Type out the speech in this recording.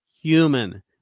human